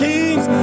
Kings